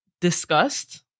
discussed